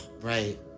Right